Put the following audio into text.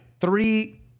Three